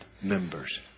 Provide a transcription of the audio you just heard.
members